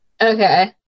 Okay